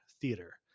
theater